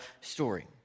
story